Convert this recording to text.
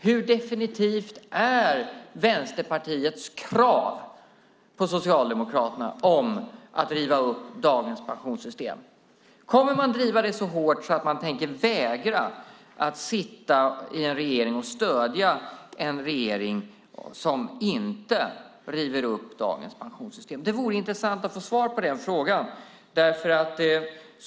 Hur definitivt är Vänsterpartiets krav på Socialdemokraterna om att riva upp dagens pensionssystem? Kommer man att driva det så hårt att man vägrar sitta i en regering och stödja en regering som inte river upp dagens pensionssystem? Det vore intressant att få svar på detta.